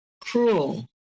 cruel